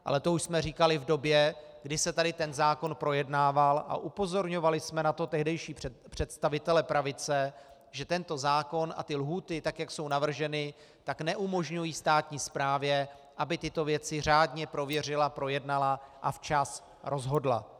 Ale to už jsme říkali v době, kdy se tady ten zákon projednával, a upozorňovali jsme na to tehdejší představitele pravice, že tento zákon a lhůty, tak jak jsou navrženy, neumožňují státní správě, aby tyto věci řádně prověřila, projednala a včas rozhodla.